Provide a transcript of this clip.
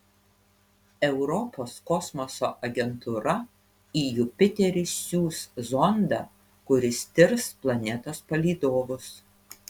europos kosmoso agentūra į jupiterį siųs zondą kuris tirs planetos palydovus